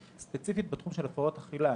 ספציפית בתחום של הפרעות אכילה.